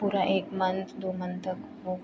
पूरा एक मंथ दो मंथ तक वो